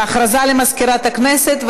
הודעה למזכירת הכנסת,